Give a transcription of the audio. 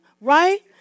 right